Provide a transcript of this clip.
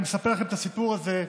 אני מספר לכם את הסיפור הזה,